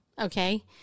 okay